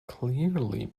clearly